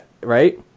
right